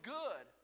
good